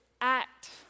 act